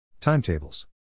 Timetables